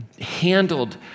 handled